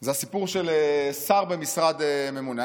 זה הסיפור של שר במשרד ממונה.